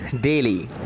daily